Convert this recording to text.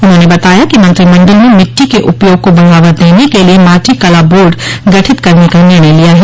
उन्होंने बताया कि मंत्रिमंडल ने मिट्टी के उपयोग को बढ़ावा देने के लिए माटी कला बोर्ड गठित करने का निर्णय लिया है